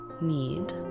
need